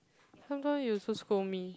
sometimes you also scold me